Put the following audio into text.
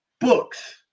books